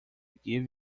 give